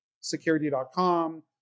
security.com